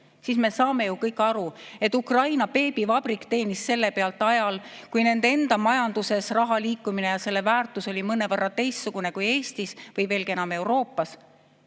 siis me saame ju kõik aru, et Ukraina beebivabrik teenis selle pealt ajal, kui nende enda majanduses raha liikumine ja selle väärtus oli mõnevõrra teistsugune kui Eestis – või veelgi enam, Euroopas